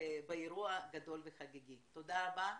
תודה רבה.